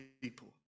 people